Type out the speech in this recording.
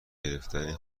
گرفتن